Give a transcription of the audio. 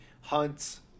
Hunt's